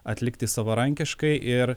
atlikti savarankiškai ir